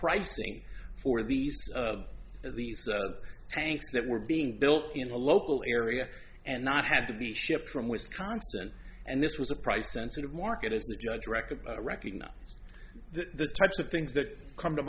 pricing for these these tanks that were being built in the local area and not have to be shipped from wisconsin and this was a price sensitive market as the judge record recognized that the types of things that come to